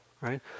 right